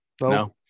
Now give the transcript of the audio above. No